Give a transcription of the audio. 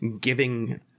giving